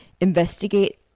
Investigate